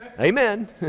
Amen